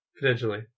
Potentially